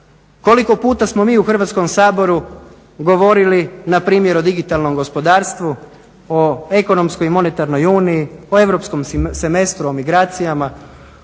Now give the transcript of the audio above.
koliko puta smo mi u Hrvatskom saboru govorili na primjer o digitalnom gospodarstvu, o ekonomskoj i monetarnoj uniji, o europskom semestru, o migracijama.